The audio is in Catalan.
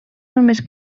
només